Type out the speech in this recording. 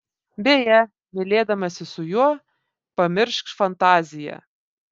beje mylėdamasi su juo pamiršk fantaziją